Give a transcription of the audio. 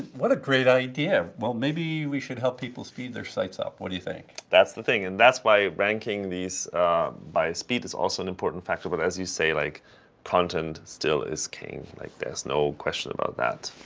what a great idea. well, maybe we should help people speed their sites up. what do you think? martin splitt that's the thing. and that's why ranking these by speed is also an important factor. but as you say, like content still is king. like there's no question about that.